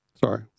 Sorry